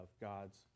God's